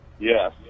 Yes